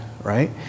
right